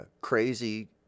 crazy